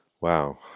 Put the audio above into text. Wow